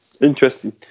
Interesting